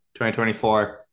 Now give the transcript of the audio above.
2024